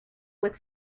with